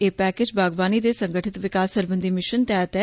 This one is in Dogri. एह् पैकेज बागवानी दे संगठित विकास सरबंधी मिशन तैहत ऐ